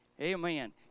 amen